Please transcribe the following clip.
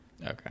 okay